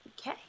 Okay